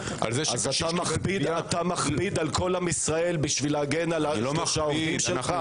- אז אתה מכביד על כל עם ישראל בשביל להגן על שלושה עובדים שלך?